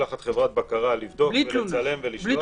נשלחת חברת בקרה לבדוק ולצלם לשלוח.